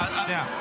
שנייה.